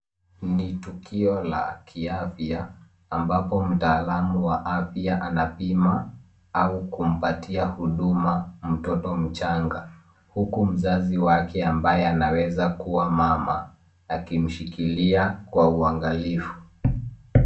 Ni tukio la kiafya, ambapo mtaalamu wa afya anapima au kumpatia huduma mtoto mchanga, huku mzazi wake ambaye anaweza kuwa mama akimshikilia kwa uangalifu.